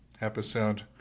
episode